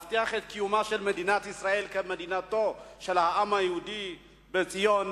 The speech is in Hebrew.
להבטיח את קיומה של מדינת ישראל כמדינתו של העם היהודי בציון.